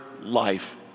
life